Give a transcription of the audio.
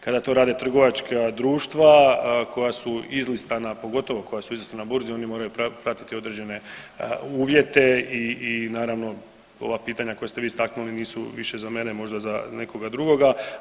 Kada to rade trgovačka društva koja su izlistana, pogotovo koja su izlistana na burzi oni moraju pratiti određene uvjete i naravno ova pitanja koja ste vi istaknuli nisu više za mene možda za nekoga drugoga.